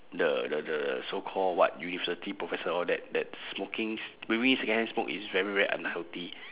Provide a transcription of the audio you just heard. the the the so called what university professor all that that smoking s~ breathing in secondhand smoke is very very unhealthy